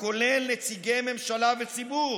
הכולל נציגי ממשלה וציבור.